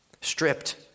stripped